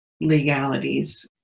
legalities